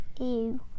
Ew